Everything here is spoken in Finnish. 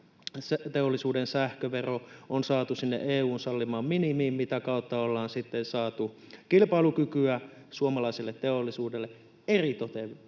teollisuuden sähkövero on saatu sinne EU:n sallimaan minimiin, mitä kautta ollaan sitten saatu kilpailukykyä suomalaiselle teollisuudelle, eritoten